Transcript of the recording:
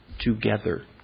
together